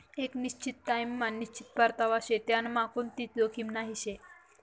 एक निश्चित टाइम मा निश्चित परतावा शे त्यांनामा कोणतीच जोखीम नही शे